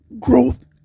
growth